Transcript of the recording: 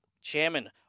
chairman